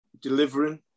delivering